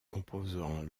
composant